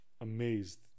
amazed